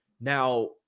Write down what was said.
Now